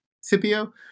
Scipio